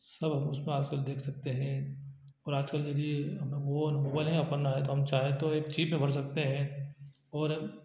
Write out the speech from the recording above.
सब हम उसमें आजकल देख सकते हैं और आजकल यदि मोबाइल है अपन ना हम चाहें तो एक चिप में भर सकते हैं और